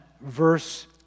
verse